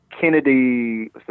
Kennedy